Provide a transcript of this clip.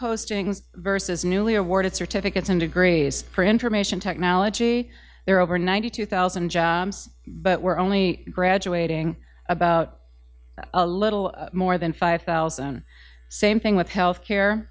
postings versus newly awarded certificates and degrees for information technology there over ninety two thousand but we're only graduating about a little more than five thousand same thing with health care